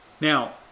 Now